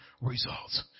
results